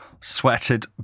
sweated